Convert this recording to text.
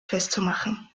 festzumachen